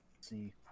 see